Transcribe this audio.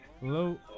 Hello